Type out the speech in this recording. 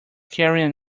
carrying